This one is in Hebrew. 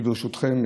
ברשותכם,